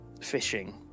fishing